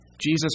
Jesus